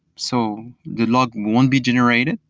so the log won't be generated.